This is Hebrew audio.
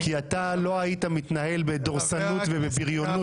כי אתה לא היית מתנהל בדורסנות ובבריונות